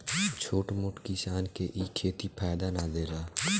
छोट मोट किसान के इ खेती फायदा ना देला